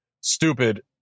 stupid